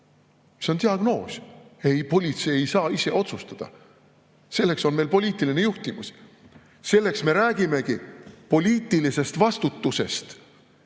See on diagnoos! Ei, politsei ei saa ise otsustada. Selleks on meil poliitiline juhtimine. Selleks me räägimegi poliitilisest vastutusest.